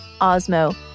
Osmo